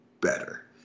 better